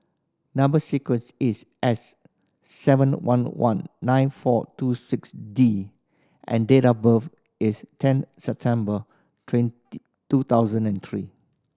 number sequence is S seven one one nine four two six D and date of birth is ten September twenty two thousand and three